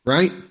Right